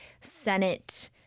senate